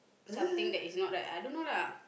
something that is not right I don't know lah